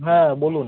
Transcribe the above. হ্যাঁ বলুন